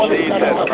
Jesus